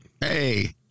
Hey